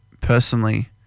personally